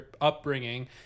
upbringing